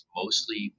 mostly